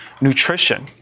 nutrition